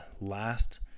last